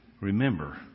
remember